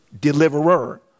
deliverer